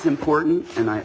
important and i